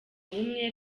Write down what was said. bumwe